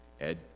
Ed